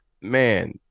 man